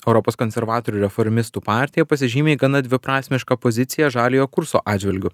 europos konservatorių reformistų partija pasižymi gana dviprasmiška pozicija žaliojo kurso atžvilgiu